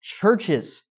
churches